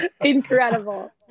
Incredible